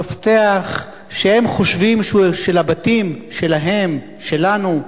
מפתח שהם חושבים שהוא של הבתים שלהם, שלנו,